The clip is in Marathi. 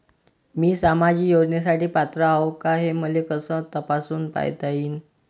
मी सामाजिक योजनेसाठी पात्र आहो का, हे मले कस तपासून पायता येईन?